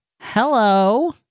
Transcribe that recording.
Hello